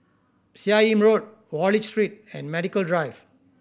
Seah Im Road Wallich Street and Medical Drive